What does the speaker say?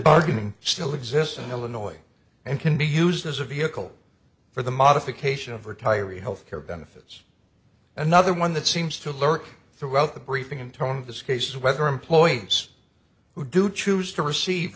bargaining still exists in illinois and can be used as a vehicle for the modification of retiring health care benefits another one that seems to lurk throughout the briefing intoned this case whether employees who do choose to receive